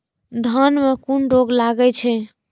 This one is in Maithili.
धान में कुन रोग लागे छै?